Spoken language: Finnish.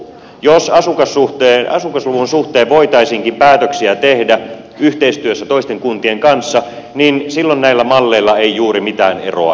jos asukasluvun suhteen voitaisiinkin päätöksiä tehdä yhteistyössä toisten kuntien kanssa niin silloin näillä malleilla ei juuri mitään eroa enää olisikaan